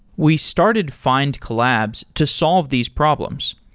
we started findcollabs to solve these problems.